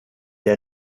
der